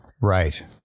Right